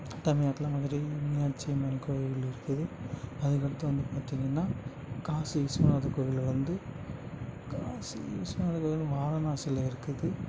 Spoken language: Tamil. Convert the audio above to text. தமிழ்நாட்ல மதுரை மீனாட்சியம்மன் கோவில் இருக்குது அதுக்கடுத்து வந்து பார்த்திங்கன்னா காசி விஸ்வநாதர் கோவில் வந்து காசி விஸ்வநாதர் வாரணாசியில் இருக்குது